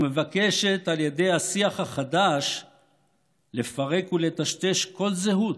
המבקשת על ידי השיח החדש לפרק ולטשטש כל זהות,